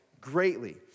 greatly